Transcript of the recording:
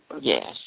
Yes